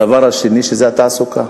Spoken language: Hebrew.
הדבר השני זה התעסוקה.